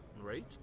right